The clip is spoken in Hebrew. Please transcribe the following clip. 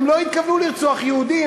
הם לא התכוונו לרצוח יהודים,